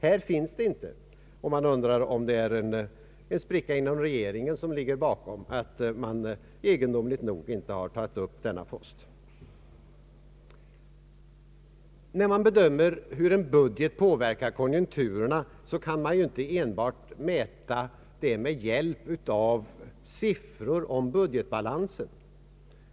Denna post är inte preciserad, och man undrar om det beror på en spricka i regeringen att denna post egendomligt nog inte har tagits upp. När man bedömer hur en budget påverkar konjunkturerna kan man inte enbart mäta detta med hjälp av siffror på budgetbalanser.